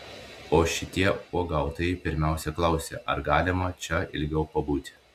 o šitie uogautojai pirmiausia klausia ar galima čia ilgiau pabūti